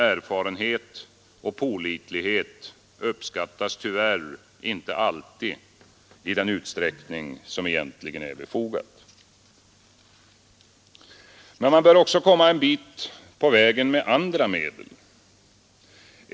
Erfarenhet och pålitlighet uppskattas tyvärr inte alltid i den utsträckning som egentligen är befogad. Men man bör också komma en bit på vägen med andra medel.